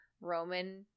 Roman –